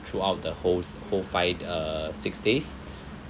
throughout the whole whole five uh six days